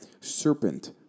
serpent